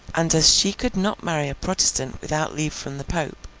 and as she could not marry a protestant without leave from the pope,